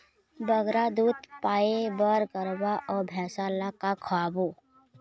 बगरा दूध पाए बर गरवा अऊ भैंसा ला का खवाबो?